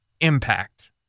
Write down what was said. Impact